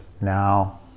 now